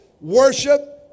worship